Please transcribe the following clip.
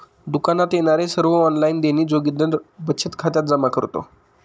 दुकानात येणारे सर्व ऑनलाइन देणी जोगिंदर बचत खात्यात जमा करतो